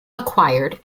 acquired